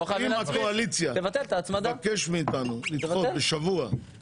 אם הקואליציה תבקש מאיתנו לדחות בשבוע את